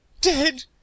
dead